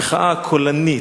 המחאה הקולנית,